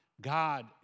God